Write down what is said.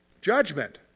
Judgment